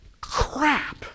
Crap